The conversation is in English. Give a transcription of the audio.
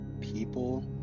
People